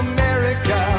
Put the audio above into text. America